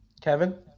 Kevin